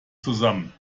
zusammen